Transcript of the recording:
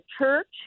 church